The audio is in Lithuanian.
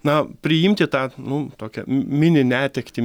na priimti tą nu tokią mini netektį